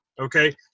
okay